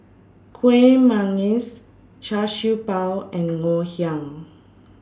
Kueh Manggis Char Siew Bao and Ngoh Hiang